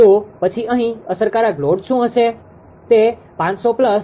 તો પછી અહીં અસરકારક લોડ શું હશે